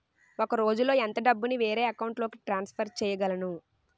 ఒక రోజులో ఎంత డబ్బుని వేరే అకౌంట్ లోకి ట్రాన్సఫర్ చేయగలను?